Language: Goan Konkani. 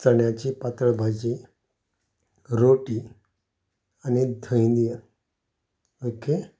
चण्याची पातळ भाजी रोटी आनी धंय दियात ओके